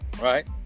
Right